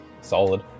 Solid